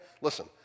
listen